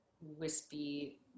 wispy